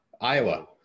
Iowa